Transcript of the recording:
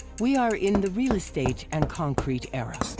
we are in the real estate and concrete era.